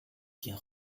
quien